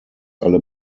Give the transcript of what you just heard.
alle